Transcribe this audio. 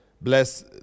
Bless